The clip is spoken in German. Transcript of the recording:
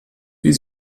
wie